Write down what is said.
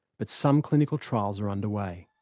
but some clinical trials are underway.